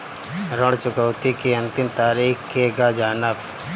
ऋण चुकौती के अंतिम तारीख केगा जानब?